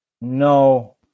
No